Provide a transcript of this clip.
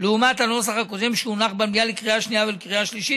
מהנוסח הקודם שהונח במליאה לקריאה שנייה ולקריאה שלישית,